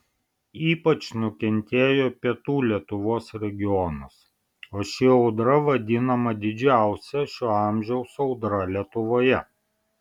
ypač nukentėjo pietų lietuvos regionas o ši audra vadinama didžiausia šio amžiaus audra lietuvoje